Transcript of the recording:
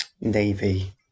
Navy